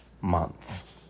month